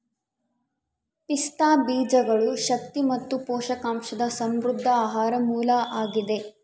ಪಿಸ್ತಾ ಬೀಜಗಳು ಶಕ್ತಿ ಮತ್ತು ಪೋಷಕಾಂಶದ ಸಮೃದ್ಧ ಆಹಾರ ಮೂಲ ಆಗಿದೆ